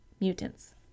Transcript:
Mutants